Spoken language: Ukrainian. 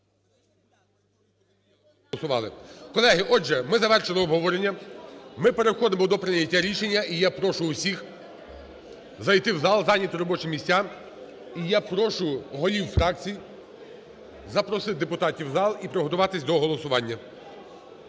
Колеги, отже, ми завершили обговорення. Ми переходимо до прийняття рішення. І я прошу всіх зайти в зал, зайняти робочі місця. І я прошу голів фракцій запросити депутатів в зал і приготуватись до голосування.